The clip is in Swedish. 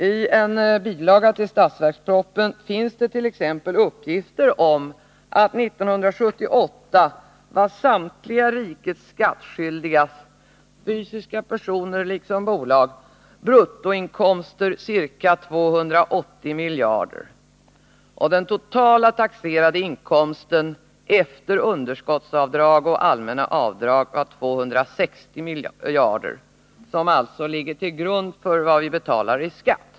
I en bilaga till budgetpropositionen finns det t.ex. uppgifter om att 1978 var samtliga rikets skattskyldigas — såväl fysiska personer som bolag — bruttoinkomster ca 280 miljarder, och den totala taxerade inkomsten efter underskottsavdrag och allmänna avdrag var 260 miljarder, som alltså ligger till grund för vad vi betalar i skatt.